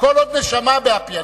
כל עוד נשמה באפי.